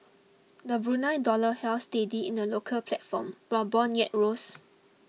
the Brunei dollar held steady in the local platform while bond yields rose